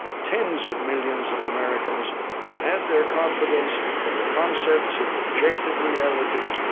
tens of millions of americans have had their confidence in the concepts of objective reality,